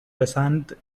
رسند